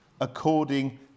according